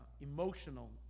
emotional